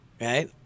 right